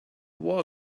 war